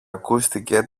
ακούστηκε